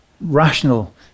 rational